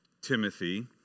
Timothy